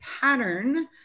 pattern